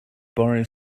borrow